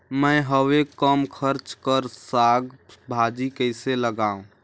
मैं हवे कम खर्च कर साग भाजी कइसे लगाव?